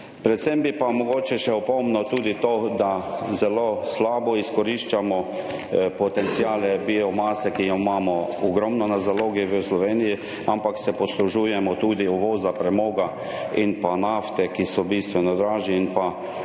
Predvsem bi pa mogoče še opomnil tudi to, da zelo slabo izkoriščamo potenciale biomase, ki jo imamo ogromno na zalogi v Sloveniji, ampak se poslužujemo tudi uvoza premoga in pa nafte, ki so bistveno dražji in pa,